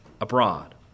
abroad